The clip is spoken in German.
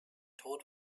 tod